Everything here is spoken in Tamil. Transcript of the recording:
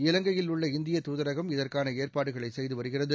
இலங்கையில் உள்ள இந்திய தூதரகம் இதற்கான ஏற்பாடுகளை செய்து வருகிறது